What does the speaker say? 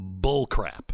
bullcrap—